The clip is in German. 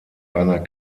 einer